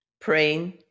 praying